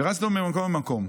ורצנו ממקום למקום.